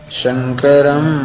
shankaram